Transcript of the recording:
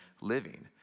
living